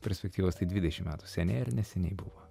perspektyvos tai dvidešim metų seniai ar neseniai buvo